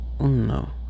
no